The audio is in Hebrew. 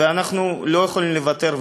ואנחנו לא יכולים לוותר.